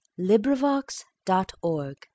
LibriVox.org